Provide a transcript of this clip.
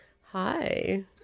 Hi